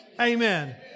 Amen